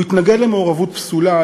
הוא התנגד למעורבות פסולה,